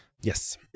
Yes